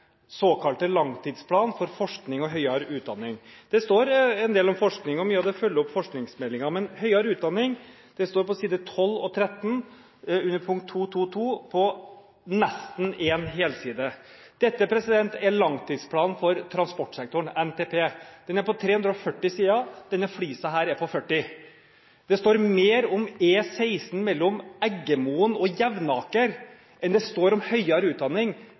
såkalte langtidsplanen for forskning og høyere utdanning. Det står en del om forskning, og mye av det følger opp forskningsmeldingen, men høyere utdanning er omtalt på side 12 og 13, under punkt 2.2.2 og utgjør nesten én helside. Dette som jeg holder her, derimot, er langtidsplanen for transportsektoren, NTP. Den er på 340 sider, mens denne flisa – langtidsplanen for forskning og høyere utdanning – er på 40 sider. Det står mer om E16 mellom Eggemoen og Jevnaker enn det